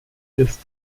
ist